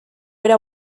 era